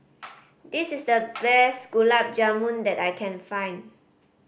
this is the best Gulab Jamun that I can find